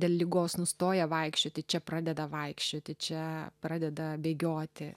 dėl ligos nustoja vaikščioti čia pradeda vaikščioti čia pradeda bėgioti